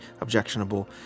objectionable